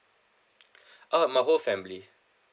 ah my whole family